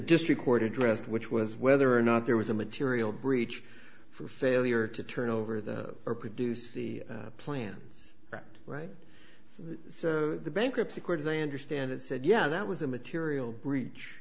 district court addressed which was whether or not there was a material breach for failure to turn over the or produce the plans act right the bankruptcy court as i understand it said yeah that was a material breach